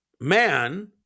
man